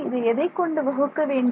இதை எதைக்கொண்டு வகுக்க வேண்டும்